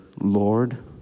Lord